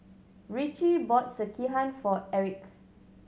Ritchie bought Sekihan for Eric